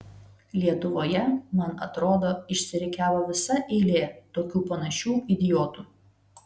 lietuvoje man atrodo išsirikiavo visa eilė tokių panašių idiotų